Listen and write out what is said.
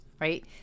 right